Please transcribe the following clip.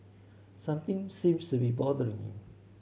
something seems to be bothering him